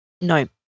No